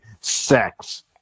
sex